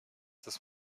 das